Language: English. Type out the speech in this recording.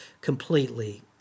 completely